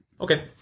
Okay